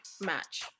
match